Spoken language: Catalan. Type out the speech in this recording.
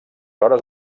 hores